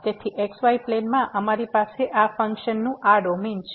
તેથી xy પ્લેનમાં અમારી પાસે આ ફંક્શનનું આ ડોમેન છે